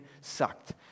sucked